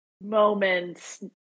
moments